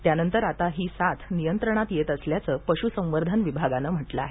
त्यानंतर आता ही साथ नियंत्रणात येत असल्याचं पश्संवर्धन विभागानं म्हटलं आहे